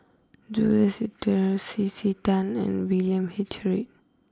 Jules Itier C C Tan and William H Read